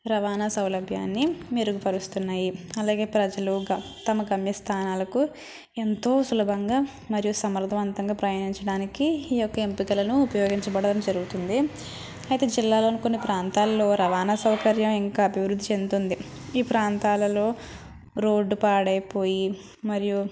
రవాణా సౌలభ్యాన్ని మెరుగుపరుస్తున్నాయి అలాగే ప్రజలు గ తమ గమ్యస్థానాలకు ఎంతో సులభంగా మరియు సమర్థవంతంగ ప్రయాణించడానికి ఈ యొక్క ఎంపికలను ఉపయోగించబడం జరుగుతుంది అయితే జిల్లాల్లోని కొన్ని ప్రాంతాల్లో రవాణా సౌకర్యం ఇంకా అభివృద్ధి చెందుతుంది ఈ ప్రాంతాలలో రోడ్డు పాడైపోయి మరియు